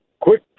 Quick